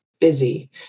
busy